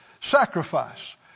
sacrifice